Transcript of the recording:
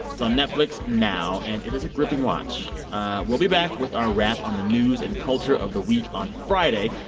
it's on netflix now, and it is a gripping watch we'll be back with our wrap on the news and culture of the week on friday.